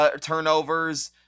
turnovers